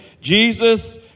Jesus